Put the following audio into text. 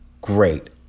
great